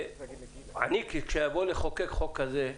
אני, כשאבוא לחוקק חוק כזה,